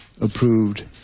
approved